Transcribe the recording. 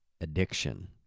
addiction